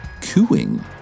cooing